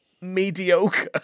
mediocre